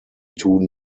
tun